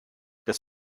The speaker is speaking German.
das